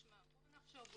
בוא נחשוב,